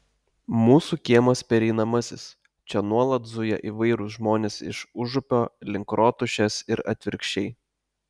mūsų kiemas pereinamasis čia nuolat zuja įvairūs žmonės iš užupio link rotušės ir atvirkščiai